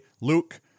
Luke